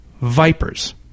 Vipers